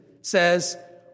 says